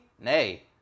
nay